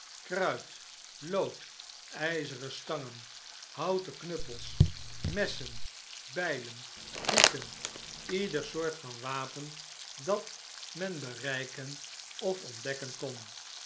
kruit lood ijzeren stangen houten knuppels messen bijlen pieken ieder soortvan wapen dat men bereiken of ontdekken kon